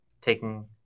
taking